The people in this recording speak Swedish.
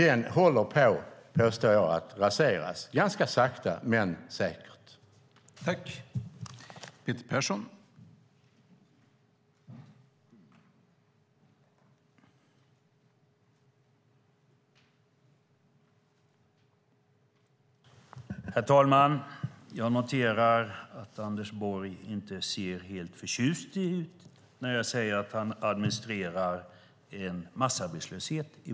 Den håller på att raseras ganska sakta men säkert, påstår jag.